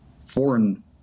foreign